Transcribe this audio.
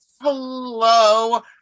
Hello